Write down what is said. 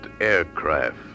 aircraft